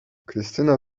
krystyna